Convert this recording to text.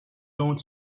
don’t